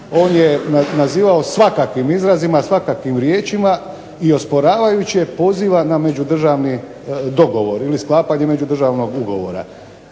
on je nazivao svakakvim izrazima, svakakvim riječima i osporavajući je poziva na međudržavni dogovor ili sklapanje međudržavnog ugovora.